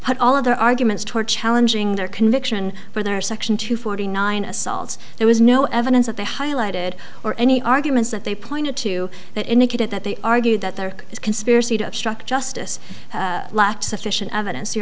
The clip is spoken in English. put all of their arguments toward challenging their conviction for their section two forty nine assaults there was no evidence that they highlighted or any arguments that they pointed to that indicated that they argued that there is conspiracy to obstruct justice lack sufficient evidence you